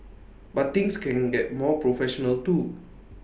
but things can get more professional too